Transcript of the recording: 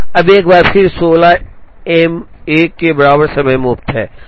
अब एक बार फिर 16 M 1 के बराबर समय मुफ्त है